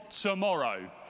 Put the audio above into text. tomorrow